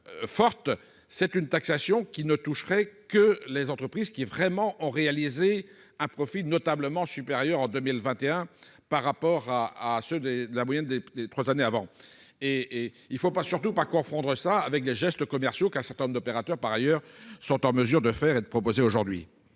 forte, c'est une taxation qui ne toucherait que les entreprises qui vraiment ont réalisé un profit notablement supérieur en 2021 par rapport à à ceux de la moyenne des 3 années avant et et il faut pas surtout pas confondre ça avec des gestes commerciaux qu'un certain nombre d'opérateurs, par ailleurs, sont en mesure de faire et de proposer aujourd'hui.